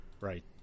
right